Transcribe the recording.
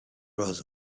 rolls